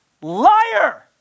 Liar